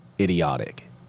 idiotic